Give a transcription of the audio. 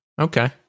okay